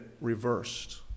reversed